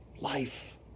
life